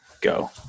go